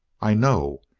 i know!